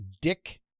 Dick